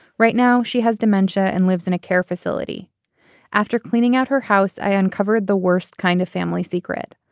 right now she has dementia and lives in a care facility after cleaning out her house. i uncovered the worst kind of family secret.